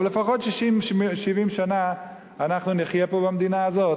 אבל לפחות 70-60 שנה אנחנו נחיה פה במדינה הזאת.